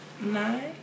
nine